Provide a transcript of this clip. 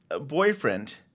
boyfriend